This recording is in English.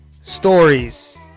stories